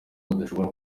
badashobora